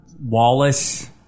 Wallace